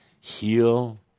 heal